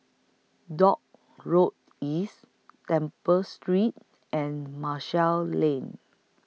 Dock Road East Temple Street and Marshall Lane